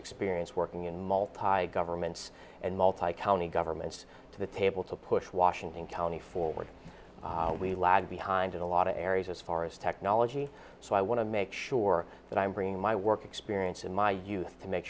experience working in multiple governments and multi county government to the table to push washington county forward we lag behind in a lot of areas as far as technology so i want to make sure that i'm bringing my work experience in my youth to make